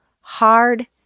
hard